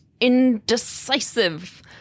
indecisive